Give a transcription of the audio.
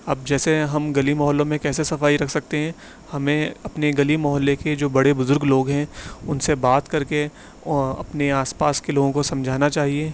اب جیسے ہم گلی محلوں میں کیسے صفائی رکھ سکتے ہیں ہمیں اپنی گلی محلے کے جو بڑے بزرگ لوگ ہیں ان سے بات کر کے اپنے آس پاس کے لوگوں کو سمجھانا چاہیے